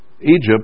Egypt